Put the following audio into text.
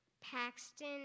Paxton